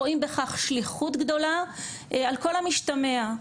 רואים בכך שליחות גדולה על כל המשתמע,